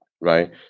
right